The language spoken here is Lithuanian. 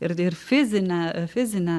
ir fizinę fizinę